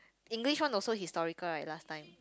English one also historical right last time